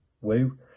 Woo